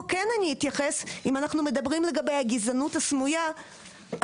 אם אנחנו מדברים לגבי הגזענות הסמויה,